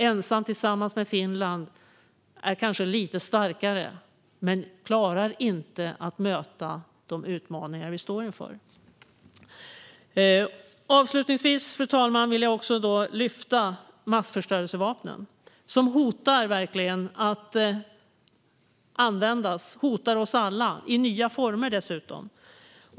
Ensam tillsammans med Finland är kanske lite starkare, men vi klarar inte att möta de utmaningar vi står inför. Avslutningsvis, fru talman, vill jag också ta upp massförstörelsevapnen som verkligen hotar oss alla, i nya former dessutom.